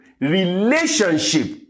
relationship